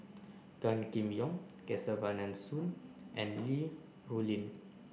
Gan Kim Yong Kesavan Soon and Li Rulin